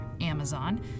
Amazon